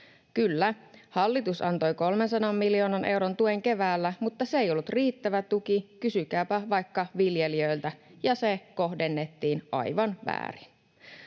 Kyllä, hallitus antoi 300 miljoonan euron tuen keväällä, mutta se ei ollut riittävä tuki — kysykääpä vaikka viljelijöiltä — ja se kohdennettiin aivan väärin.